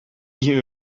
you